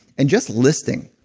and just listing,